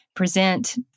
present